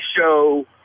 show